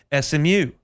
SMU